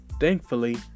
Thankfully